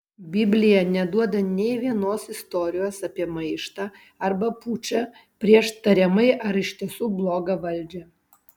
biblija neduoda nė vienos istorijos apie maištą arba pučą prieš tariamai ar iš tiesų blogą valdžią